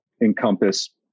encompass